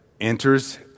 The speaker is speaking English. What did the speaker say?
enters